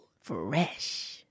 Fresh